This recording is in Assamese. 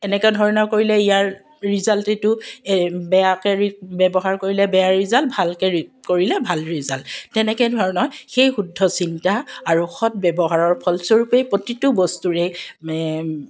এনেকে ধৰণৰ কৰিলে ইয়াৰ ৰিজাল্ট এইটো বেয়াকৈ ব্যৱহাৰ কৰিলে বেয়া ৰিজাল্ট ভালকৈ কৰিলে ভাল ৰিজাল্ট তেনেকে ধৰণৰ সেই শুদ্ধ চিন্তা আৰু সদব্যৱহাৰৰ ফলস্বৰূপেই প্ৰতিটো বস্তুৰেই